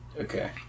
Okay